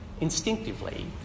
Instinctively